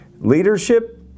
leadership